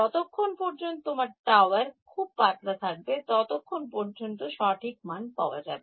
যতক্ষণ পর্যন্ত তোমার টাওয়ার খুব পাতলা থাকবে ততক্ষণ পর্যন্ত সঠিক মাল পাওয়া যাবে